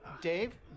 Dave